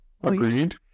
Agreed